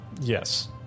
Yes